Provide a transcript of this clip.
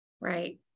Right